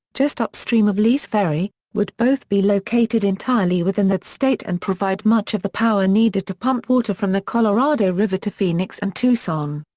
just upstream of lee's ferry, would both be located entirely within that state and provide much of the power needed to pump water from the colorado river to phoenix and tucson.